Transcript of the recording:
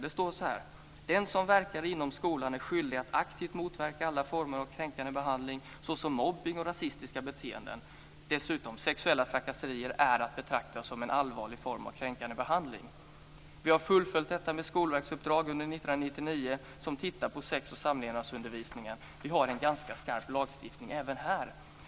Det står så här: Den som verkar inom skolan är skyldig att aktivt motverka alla former av kränkande behandling såsom mobbning och rasistiska beteenden. Dessutom: Sexuella trakasserier är att betrakta som en allvarlig form av kränkande behandling. Vi har fullföljt detta med skolverksuppdrag under 1999 som tittar på sex och samlevnadsundervisningen. Vi har en ganska skarp lagstiftning även här.